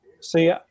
See